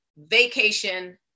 vacation